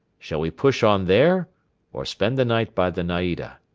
shall we push on there or spend the night by the naida?